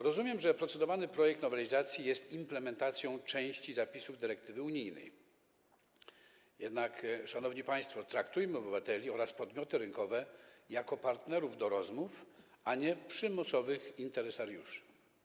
Rozumiem, że procedowany projekt nowelizacji jest implementacją części zapisów dyrektywy unijnej, jednak, szanowni państwo, traktujmy obywateli oraz podmioty rynkowe jak partnerów do rozmów, a nie przymusowych interesariuszy.